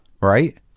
right